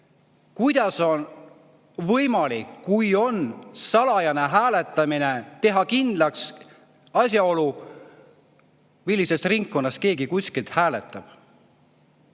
kuidas on võimalik, kui on salajane hääletamine, teha kindlaks asjaolu, millisest ringkonnast keegi kuskil hääletab?